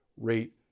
rate